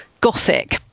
gothic